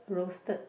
roasted